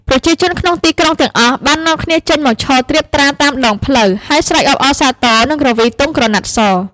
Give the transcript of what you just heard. ប្រជាជនក្នុងទីក្រុងទាំងអស់បាននាំគ្នាចេញមកឈរត្រៀបត្រាតាមដងផ្លូវ ហើយស្រែកអបអរសាទរ និងគ្រវីទង់ក្រណាត់ស